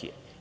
KiM.